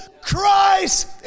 Christ